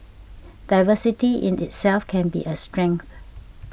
diversity in itself can be a strength